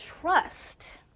trust